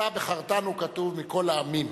"אתה בחרתנו", כתוב, "מכּל העמים.